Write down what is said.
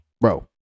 Bro